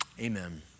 Amen